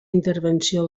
intervenció